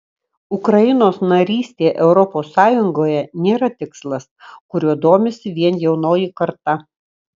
ukrainos narystė europos sąjungoje nėra tikslas kuriuo domisi vien jaunoji karta